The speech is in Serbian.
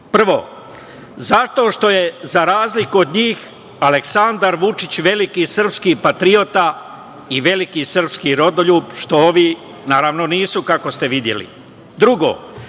zato što je za razliku od njih Aleksandar Vučić veliki srpski patriota i veliki srpski rodoljub što ovi naravno nisu, kako ste videli. Drugo,